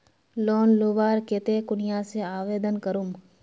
Loan लुबार केते कुनियाँ से आवेदन करूम?